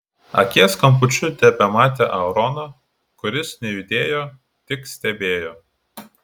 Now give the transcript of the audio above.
akies kampučiu tebematė aaroną kuris nejudėjo tik stebėjo